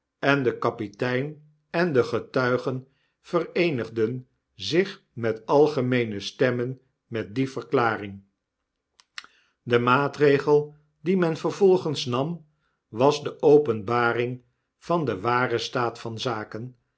en de kapitein en de getuigen vereenigden zich met algemeene stemmen met die verklaring de maatregel dien men vervolgens nam was de openbaring van den waren staat van zaken